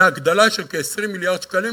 להגדלה של כ-20 מיליארד שקלים.